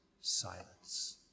silence